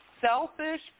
selfish